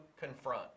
confront